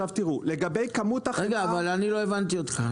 לא הבנתי,